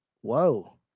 whoa